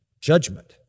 judgment